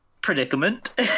predicament